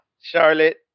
Charlotte